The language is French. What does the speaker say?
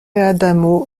adamo